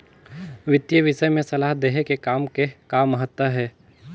वितीय विषय में सलाह देहे के काम के का महत्ता हे?